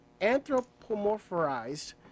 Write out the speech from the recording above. anthropomorphized